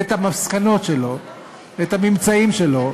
את המסקנות שלו ואת הממצאים שלו,